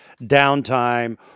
downtime